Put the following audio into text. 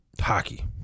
hockey